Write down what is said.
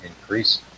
increase